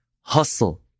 hustle